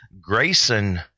Grayson